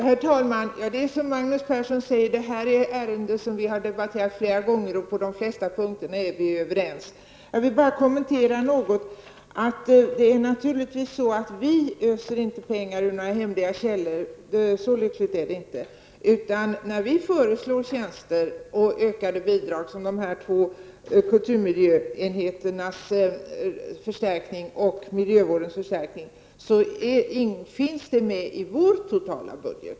Herr talman! Det är som Magnus Persson säger att det här är ärenden som har debatterats flera gånger och på de flesta punkterna är vi överens. Jag vill bara göra en liten kommentar. Det är naturligtvis inte så att vi öser pengar ur några hemliga källor, så lyckligt är det inte. När vi föreslår tjänster och ökade bidrag t.ex. till kulturmiljöenheterna och miljövårdens förstärkning, är det inberäknat i vår totala budget.